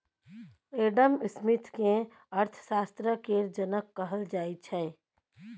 Adam Smith केँ अर्थशास्त्र केर जनक कहल जाइ छै